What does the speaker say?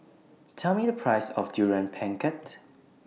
Tell Me The Price of Durian Pengat